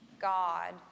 God